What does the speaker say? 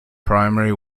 primary